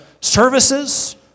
services